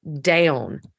down